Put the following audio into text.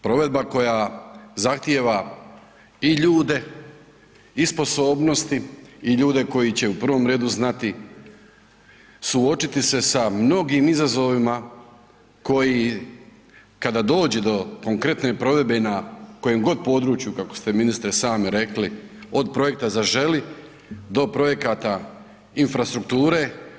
Provedba koja zahtijeva i ljude i sposobnosti i ljude koji će u prvom redu znati suočiti sa mnogim izazovima koji kada dođe do konkretne provedbe i na kojem god području, kako ste, ministre, sami rekli, od projekta Zaželi do projekata infrastrukture.